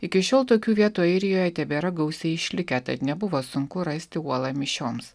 iki šiol tokių vietų airijoje tebėra gausiai išlikę tad nebuvo sunku rasti uolą mišioms